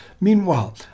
Meanwhile